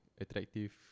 attractive